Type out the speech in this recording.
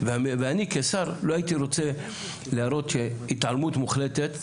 ואני כשר, לא הייתי רוצה להראות שהתעלמות מוחלטת,